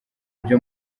byo